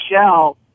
shell